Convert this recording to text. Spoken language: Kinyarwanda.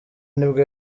nibwo